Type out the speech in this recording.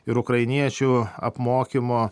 ir ukrainiečių apmokymo